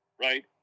right